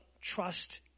trust